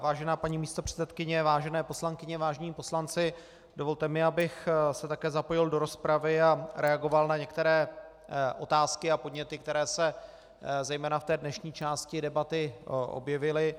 Vážená paní místopředsedkyně, vážené poslankyně, vážení poslanci, dovolte mi, abych se také zapojil do rozpravy a reagoval na některé otázky a podněty, které se zejména v dnešní části debaty objevily.